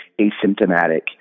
asymptomatic